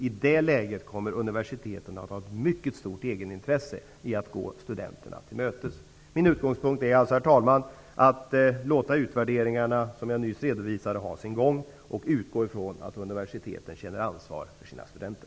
I det läget kommer universiteten att ha ett mycket stort egenintresse i att gå studenterna till mötes. Herr talman! Min utgångspunkt är alltså att låta de utvärderingar som jag nyss redovisade ha sin gång. Jag utgår ifrån att universiteten känner ansvar för sina studenter.